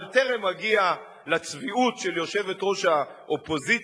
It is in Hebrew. אבל טרם אגיע לצביעות של יושבת-ראש האופוזיציה,